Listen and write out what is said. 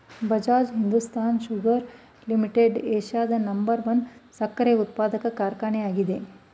Bajaj Hindustan sugar limited ಏಷ್ಯಾದ number one ಸಕ್ಕರೆ ಉತ್ಪಾದಕ ಕಾರ್ಖಾನೆ ಆಗಿದೆ